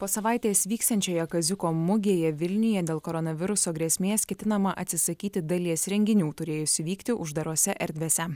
po savaitės vyksiančioje kaziuko mugėje vilniuje dėl koronaviruso grėsmės ketinama atsisakyti dalies renginių turėjusių vykti uždarose erdvėse